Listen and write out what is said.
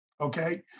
Okay